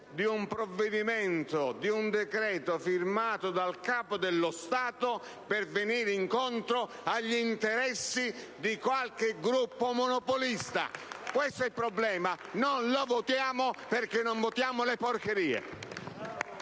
si approfitti di un decreto firmato dal Capo dello Stato per venire incontro agli interessi di qualche gruppo monopolista! Questo è il problema: non lo votiamo perché non votiamo le porcherie!